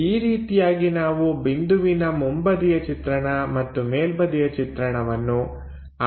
ಈ ರೀತಿಯಾಗಿ ನಾವು ಬಿಂದುವಿನ ಮುಂಬದಿಯ ಚಿತ್ರಣ ಮತ್ತು ಮೇಲ್ಬದಿಯ ಚಿತ್ರಣವನ್ನು ಆ ಸಮತಲಗಳಲ್ಲಿ ರಚಿಸುತ್ತೇವೆ